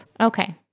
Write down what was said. Okay